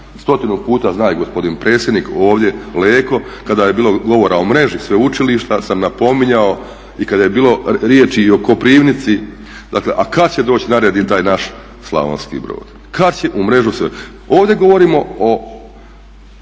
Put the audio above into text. Stotinu puta, zna i gospodine predsjednik ovdje Leko, kada je bilo govora o mreži sveučilišta sam napominjao i kada je bilo riječi i o Koprivnici, dakle a kad će doći na red i taj naš Slavonski Brod, kad će u mrežu …. Ovdje govorimo o